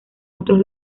otros